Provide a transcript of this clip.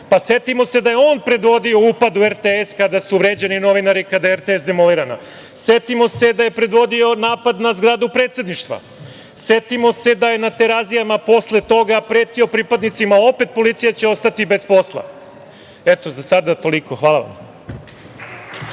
Pa, setimo se da je on predvodio upad u RTS, kada su vređani novinari, kada je RTS demolirana. Setimo se da je predvodio napad na zgradu predsedništva. Setimo se da je na Terazijama, posle toga pretio pripadnicima opet policije da će ostati bez posla. Eto, za sada toliko. Hvala vam.